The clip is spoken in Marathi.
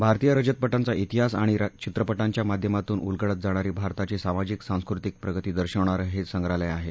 भारतीय रजतपाची दिवित्रपाच्या माध्यमातून उलगडत जाणारी भारताची सामाजिक सांस्कृतिक प्रगती दर्शवणारं हे संग्रहालय आहे